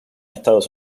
estados